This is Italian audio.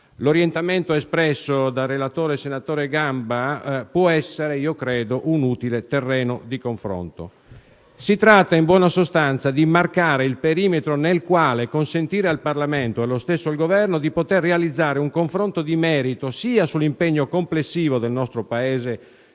L'orientamento espresso dal relatore, senatore Gamba, credo possa essere un utile terreno di confronto. Si tratta in buona sostanza di marcare il perimetro nel quale consentire al Parlamento e allo stesso Governo di realizzare un confronto di merito, sia sull'impegno complessivo del nostro Paese